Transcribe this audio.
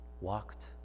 walked